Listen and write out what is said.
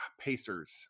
Pacers